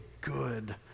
good